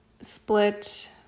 split